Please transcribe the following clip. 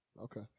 Okay